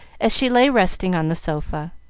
as she lay resting on the sofa.